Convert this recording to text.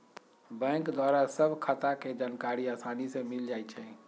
bank द्वारा सभ खता के जानकारी असानी से मिल जाइ छइ